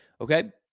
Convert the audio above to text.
Okay